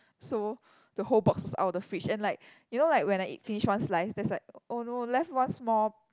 so the whole box was out of the fridge and like you know like when I eat finish one slice there's like oh no left one small